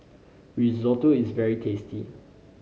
risotto is very tasty